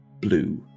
blue